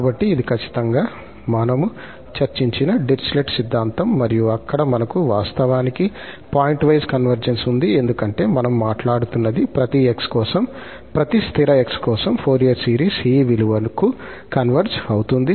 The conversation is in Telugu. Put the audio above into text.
కాబట్టి ఇది ఖచ్చితంగా మనము చర్చించిన డిరిచ్లెట్ సిద్ధాంతం మరియు అక్కడ మనకు వాస్తవానికి పాయింట్వైస్ కన్వర్జెన్స్ ఉంది ఎందుకంటే మనం మాట్లాడుతున్నది ప్రతి 𝑥 కోసం ప్రతి స్థిర 𝑥 కోసం ఫోరియర్ సిరీస్ ఈ విలువకు కన్వర్జ్ అవుతుంది